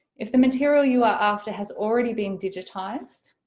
if the material you are after has already been digitized,